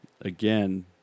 again